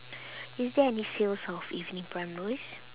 is there any sales of evening primrose